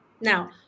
now